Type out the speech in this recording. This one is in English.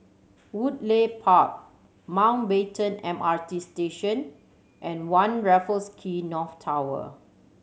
Woodleigh Park Mountbatten M R T Station and One Raffles Quay North Tower